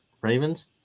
Ravens